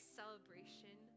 celebration